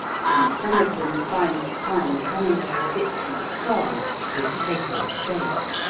since some of them find a prime camembert a bit too strong if taken straight.